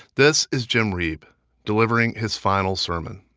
this is jim reeb delivering his final sermon